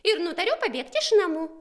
ir nutariau pabėgt iš namų